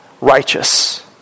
righteous